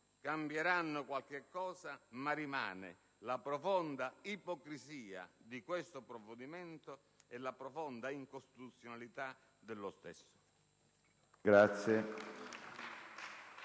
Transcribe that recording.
cambieranno qualche cosa, ma rimangono la profonda ipocrisia di questo provvedimento e la profonda incostituzionalità dello stesso.